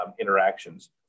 interactions